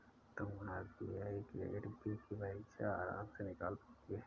तुम RBI grade B की परीक्षा आराम से निकाल पाओगे